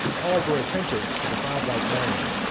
all were attentive to the godlike man,